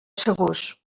segurs